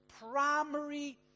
primary